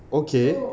okay